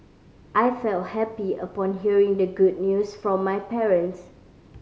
I felt happy upon hearing the good news from my parents